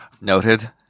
Noted